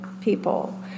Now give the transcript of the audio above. people